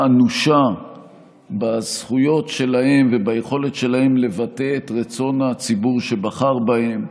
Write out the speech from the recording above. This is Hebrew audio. אנושה בזכויות שלהם וביכולת שלהם לבטא את רצון הציבור שבחר בהם,